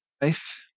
life